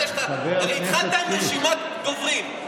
הרי התחלת עם רשימת דוברים.